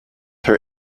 her